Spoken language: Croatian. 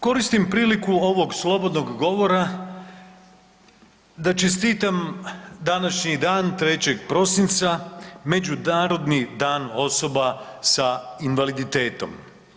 Koristim priliku ovog slobodnog govora da čestitam današnji dan 3. prosinca, Međunarodni dan osoba sa invaliditetom.